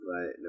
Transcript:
right